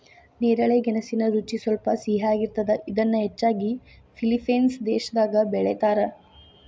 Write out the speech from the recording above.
ನೇರಳೆ ಗೆಣಸಿನ ರುಚಿ ಸ್ವಲ್ಪ ಸಿಹಿಯಾಗಿರ್ತದ, ಇದನ್ನ ಹೆಚ್ಚಾಗಿ ಫಿಲಿಪೇನ್ಸ್ ದೇಶದಾಗ ಬೆಳೇತಾರ